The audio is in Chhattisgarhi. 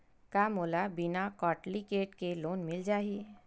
का मोला बिना कौंटलीकेट के लोन मिल जाही?